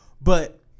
but-